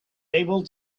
able